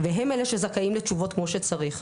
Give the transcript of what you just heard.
והם אלה שזכאים לתשובות כמו שצריך.